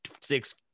six